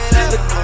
Look